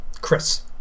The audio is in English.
Chris